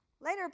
Later